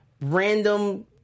random